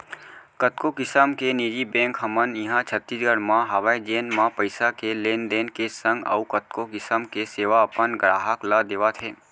कतको किसम के निजी बेंक हमन इहॉं छत्तीसगढ़ म हवय जेन म पइसा के लेन देन के संग अउ कतको किसम के सेवा अपन गराहक ल देवत हें